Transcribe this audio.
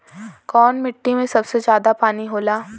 कौन मिट्टी मे सबसे ज्यादा पानी होला?